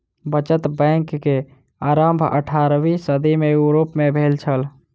बचत बैंक के आरम्भ अट्ठारवीं सदी में यूरोप में भेल छल